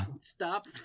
Stop